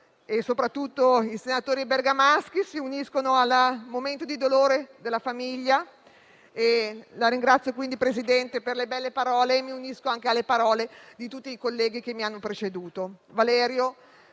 e soprattutto i senatori bergamaschi si uniscono al momento di dolore della famiglia. La ringrazio, quindi, signor Presidente, per le belle parole e mi unisco anche alle parole di tutti i colleghi che mi hanno preceduto.